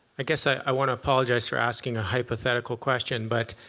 i guess i want to apologize for asking a hypothetical question. but